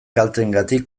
kalteengatik